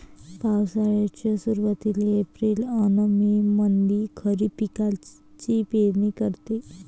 पावसाळ्याच्या सुरुवातीले एप्रिल अन मे मंधी खरीप पिकाची पेरनी करते